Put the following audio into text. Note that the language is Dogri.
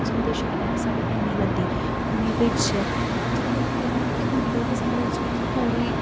जि'न्न देशें कन्नै साढ़ी हैन्नी बनदी उ'नें गी भेजचै जेह्दे कन्नै केह् होना कि उं'दे ते साढ़े च थोह्ड़ी